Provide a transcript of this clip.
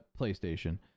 PlayStation